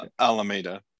Alameda